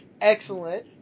excellent